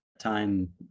time